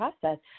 process